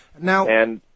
Now